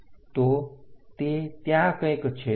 તો તે ત્યાં કંઈક છેદશે